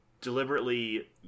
deliberately